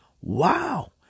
Wow